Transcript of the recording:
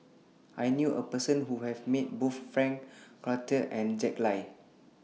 I knew A Person Who has Met Both Frank Cloutier and Jack Lai